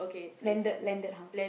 landed landed house